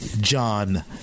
John